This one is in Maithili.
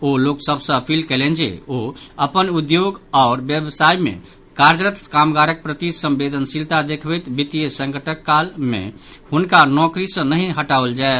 ओ लोक सभ सँ अपील कयलनि जे ओ अपन उद्योग आओर व्यवसाय में कार्यरत कामगारक प्रति संवेदनशीलता देखबैत वित्तीय संकटक काल मे हुनका नौकरी सँ नहि हटाओल जाय